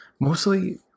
mostly